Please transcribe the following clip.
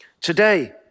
today